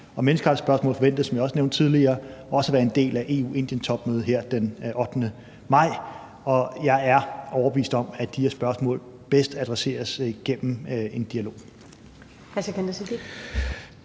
menneskerettighedsspørgsmålet forventes, som jeg nævnte tidligere, også at være en del af EU-Indien-topmødet her den 8. maj, og jeg er overbevist om, at de her spørgsmål bedst adresseres gennem en dialog.